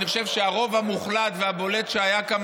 אני חושב שהרוב המוחלט והבולט שהיה כאן